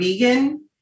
vegan